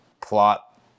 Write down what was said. plot